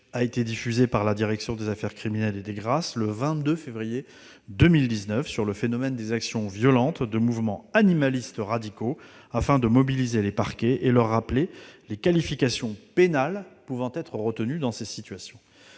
À ce titre, la direction des affaires criminelles et des grâces a diffusé, le 22 février 2019, une dépêche sur le phénomène des actions violentes de mouvements animalistes radicaux, afin de mobiliser les parquets et de leur rappeler les qualifications pénales pouvant être retenues dans ces situations.